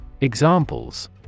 Examples